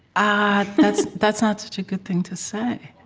ah, that's that's not such a good thing to say.